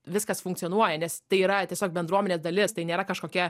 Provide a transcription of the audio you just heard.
viskas funkcionuoja nes tai yra tiesiog bendruomenės dalis tai nėra kažkokia